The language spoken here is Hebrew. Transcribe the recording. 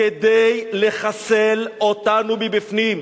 כדי לחסל אותנו מבפנים.